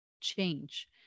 change